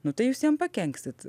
nu tai jūs jam pakenksit